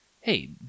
Hey